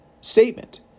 statement